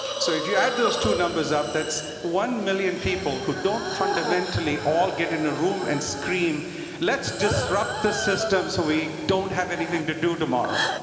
so if you add those two numbers up, that's one million people who don't fundamentally all get in a room and scream let's disrupt the system, so we don't have anything to do tomorrow.